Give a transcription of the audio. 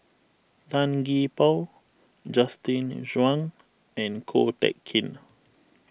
Tan Gee Paw Justin Zhuang and Ko Teck Kin